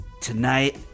tonight